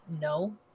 No